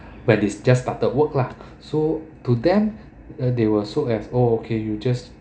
when they just started work lah so to them they were sold as oh okay you just